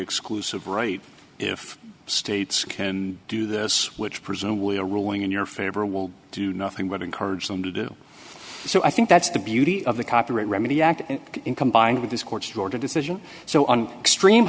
exclusive rights if states can do this which presumably a ruling in your favor will do nothing but encourage them to do so i think that's the beauty of the copyright remedy act in combined with this court order decision so on extre